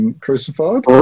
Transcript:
crucified